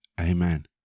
Amen